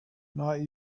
not